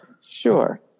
Sure